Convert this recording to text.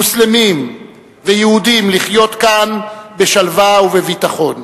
מוסלמים ויהודים, לחיות כאן בשלווה ובביטחון.